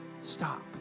stop